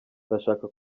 ndashaka